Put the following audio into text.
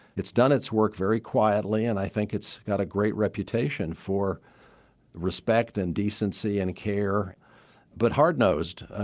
it's done its work very quietly. and i think it's got a great reputation for respect and decency and care but hard nosed,